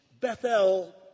Bethel